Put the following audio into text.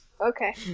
Okay